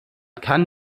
kann